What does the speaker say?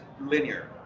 linear